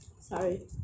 Sorry